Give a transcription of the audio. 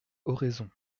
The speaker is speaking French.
oraison